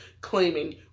claiming